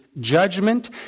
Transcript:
judgment